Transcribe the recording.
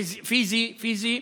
פיזי, פיזי.